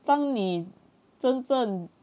当你真正